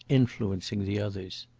influencing the others.